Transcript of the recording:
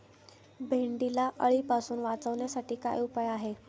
भेंडीला अळीपासून वाचवण्यासाठी काय उपाय आहे?